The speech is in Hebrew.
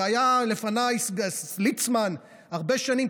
והיה לפניי ליצמן הרבה שנים,